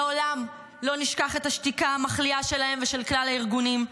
לעולם לא נשכח את השתיקה המחליאה שלהם ושל כלל הארגונים,